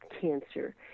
cancer